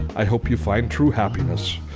i hope you find true happiness.